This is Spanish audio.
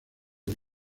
del